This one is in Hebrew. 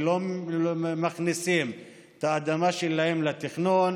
כי לא מכניסים את האדמה שלהם לתכנון,